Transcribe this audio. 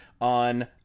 on